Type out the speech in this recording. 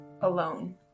alone